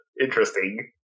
interesting